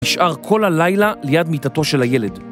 נשאר כל הלילה ליד מיטתו של הילד.